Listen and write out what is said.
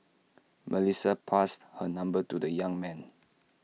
Melissa passed her number to the young man